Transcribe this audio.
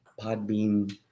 Podbean